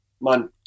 man